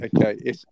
Okay